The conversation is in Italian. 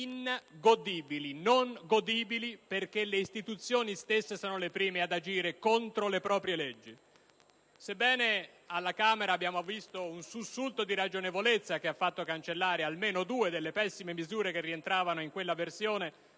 non sono godibili, perché le istituzioni stesse sono le prime ad agire contro le proprie leggi. Sebbene alla Camera dei deputati abbiamo visto un sussulto di ragionevolezza che ha fatto cancellare almeno due delle pessime misure che rientravano in quella versione